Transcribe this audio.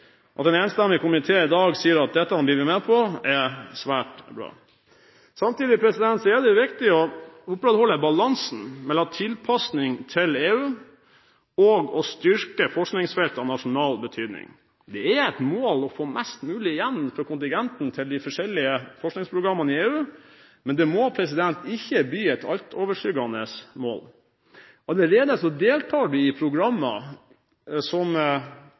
At en enstemmig komité i dag sier at dette blir vi med på, er svært bra. Samtidig er det viktig å opprettholde balansen mellom tilpasning til EU og å styrke forskningsfeltene av nasjonal betydning. Det er et mål å få mest mulig igjen for kontingenten til de forskjellige forskningsprogrammene i EU, men det må ikke bli et altoverskyggende mål. Vi deltar allerede i programmer som har en kostnad på tolv ganger kontingenten. Norske forskere deltar i